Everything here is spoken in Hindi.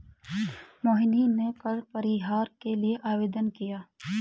मोहिनी ने कर परिहार के लिए आवेदन किया